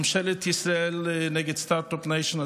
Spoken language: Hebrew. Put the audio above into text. ממשלת ישראל נגד סטרטאפ ניישן,